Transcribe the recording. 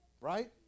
Right